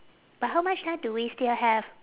but how much time do we still have